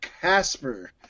Casper